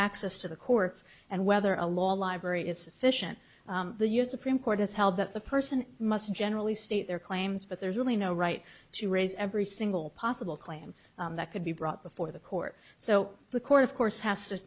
access to the courts and whether a law library is sufficient the u s supreme court has held that the person must generally state their claims but there's really no right to raise every single possible claim that could be brought before the court so the court of course has to